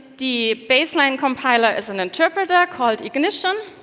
the baseline compiler is an interpreter called ignition,